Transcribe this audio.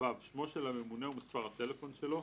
שמו של הממונה ומספר הטלפון שלו,